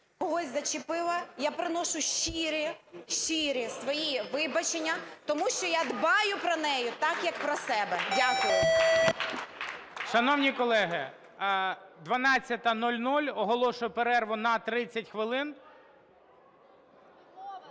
когось зачепила, я приношу щирі, щирі свої вибачення, тому що я дбаю про неї так, як про себе. Дякую. 12:01:54 ГОЛОВУЮЧИЙ. Шановні колеги, 12:00, оголошую перерву на 30 хвилин.